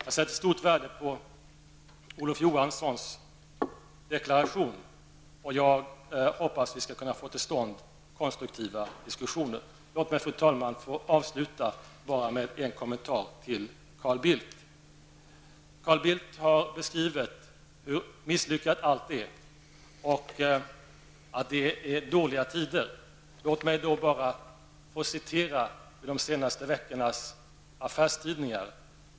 Jag sätter stort värde på Olof Johanssons deklaration, och jag hoppas att vi skall kunna få till stånd konstruktiva diskussioner. Låt mig, fru talman, få avsluta med en kommentar till Carl Bildt. Carl Bildt har beskrivit hur misslyckat allt är och att det är dåliga tider. Låt mig då bara få redogöra för vad som under de senaste veckorna har stått i affärstidningarna.